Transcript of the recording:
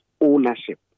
ownership